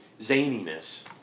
zaniness